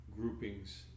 groupings